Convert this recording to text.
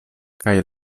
kaj